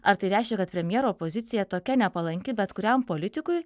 ar tai reiškia kad premjero pozicija tokia nepalanki bet kuriam politikui